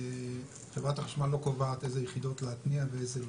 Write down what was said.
חברת החשמל לא קובעת איזה יחידות להתניע ואיזה לא.